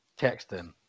Texting